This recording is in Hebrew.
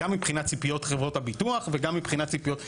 גם מבחינת ציפיות חברות הביטוח וגם מבחינת ציפיות השוק.